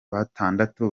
batandatu